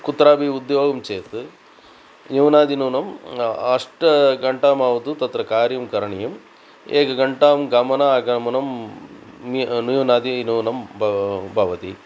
कुत्रापि उद्योगं चेत् न्यूनातिन्यूनम् अष्टघण्टामावतुं तत्र कार्यं करणीयम् एकघण्टां गमनागमनं मि न्यूनातिन्यूनं ब भवति